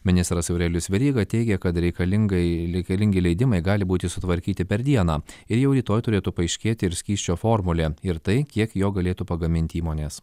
ministras aurelijus veryga teigė kad reikalingai reikalingi leidimai gali būti sutvarkyti per dieną ir jau rytoj turėtų paaiškėti ir skysčio formulė ir tai kiek jo galėtų pagaminti įmonės